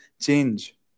change